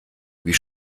wie